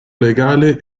legale